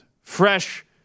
Fresh